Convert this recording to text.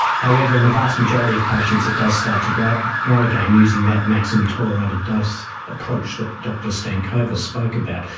however, in the vast majority of patients it does start to grow grow again, using that maximum tolerated dose approach that dr stankova spoke about.